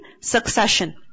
succession